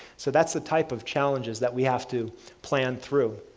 so, that's the type of challenges that we have to plan through.